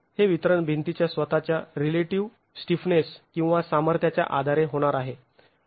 हे वितरण भिंतीच्या स्वतःच्या रिलेटिव स्टिफनेस किंवा सामर्थ्याच्या आधारे होणार आहे